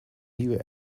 nieuwe